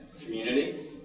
community